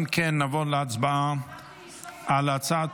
אם כן, נעבור להצבעה על הצעת